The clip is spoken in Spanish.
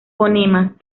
fonemas